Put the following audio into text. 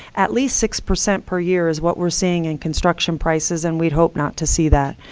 at least six percent per year is what we're seeing in construction prices. and we'd hope not to see that.